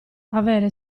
avere